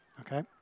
Okay